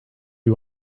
you